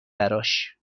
براش